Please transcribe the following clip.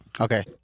Okay